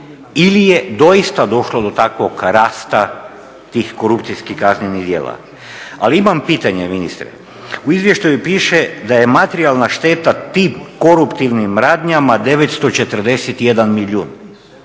ili je dosta došlo do takvog rasta tih korupcijskih kaznenih djela. Ali imam pitanje ministre, u izvještaju piše da je materijalna šteta tip koruptivnim radnjama 941 milijun.